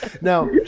Now